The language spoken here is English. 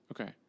Okay